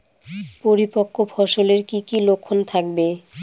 পরিপক্ক ফসলের কি কি লক্ষণ থাকবে?